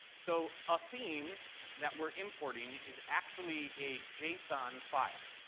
so a theme that we're importing is actually a json file.